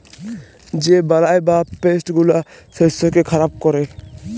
যে বালাই বা পেস্ট গুলা শস্যকে খারাপ ক্যরে